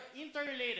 interrelated